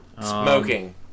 Smoking